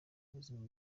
ubuzima